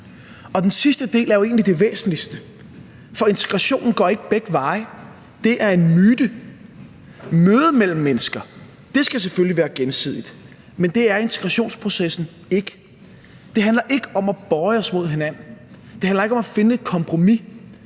os. Den sidste del er jo egentlig det væsentligste, for integration går ikke begge veje – det er en myte. Mødet mellem mennesker skal selvfølgelig være gensidigt, men det er integrationsprocessen ikke. Det handler ikke om at bøje os mod hinanden; det handler ikke om at finde et kompromis;